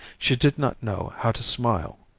she did not know how to smile.